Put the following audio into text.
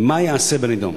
ומה ייעשה בנדון?